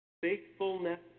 faithfulness